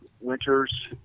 winters